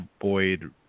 Boyd